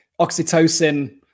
oxytocin